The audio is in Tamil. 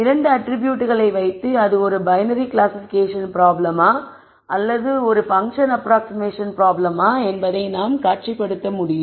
இரண்டு அட்ரிபியூட்களை வைத்து அது ஒரு பைனரி கிளாசிசிபிகேஷன் ப்ராப்ளமா அல்லது ஒரு பங்க்ஷன் அப்ராக்ஸிமேஷன் ப்ராப்ளமா என்பதை நான் காட்சிப்படுத்த முடியும்